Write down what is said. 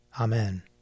Amen